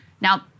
Now